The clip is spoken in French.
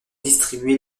distribuer